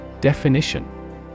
Definition